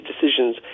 decisions